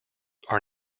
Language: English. are